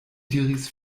diris